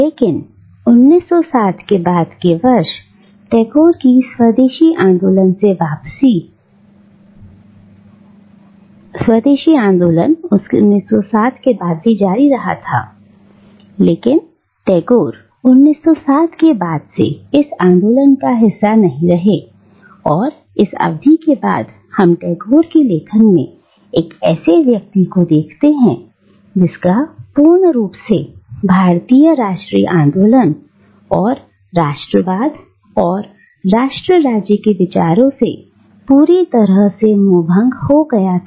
लेकिन 1907 के बाद के वर्ष कहने का तात्पर्य है टैगोर की स्वदेशी आंदोलन से वापसी स्वदेशी आंदोलन 1907 के बाद भी जारी रहा लेकिन टैगोर 1907 के बाद से इस आंदोलन का हिस्सा नहीं रहे और इस अवधि के बाद हम टैगोर के लेखन में एक ऐसे व्यक्ति को देखते हैं जिसका पूर्ण रूप से भारतीय राष्ट्रीय आंदोलन और राष्ट्रवाद और राष्ट्र राज्य के विचारों से पूरी तरह से मोहभंग हो गया था